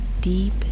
deep